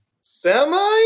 Semi